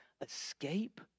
escape